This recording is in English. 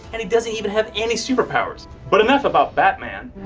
and he doesn't even have any superpowers! but enough about batman.